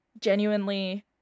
genuinely